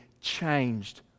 changed